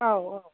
औ औ